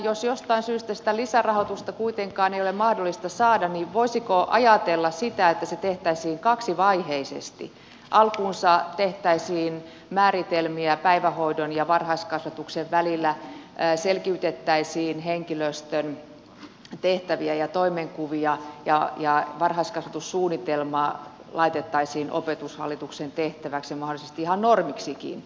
jos jostain syystä sitä lisärahoitusta kuitenkaan ei ole mahdollista saada niin voisiko ajatella sitä että se tehtäisiin kaksivaiheisesti alkuunsa tehtäisiin määritelmiä päivähoidon ja varhaiskasvatuksen välillä selkiytettäisiin henkilöstön tehtäviä ja toimenkuvia ja varhaiskasvatussuunnitelma laitettaisiin opetushallituksen tehtäväksi ja mahdollisesti ihan normiksikin